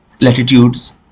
latitudes